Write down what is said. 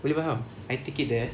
boleh faham I take it there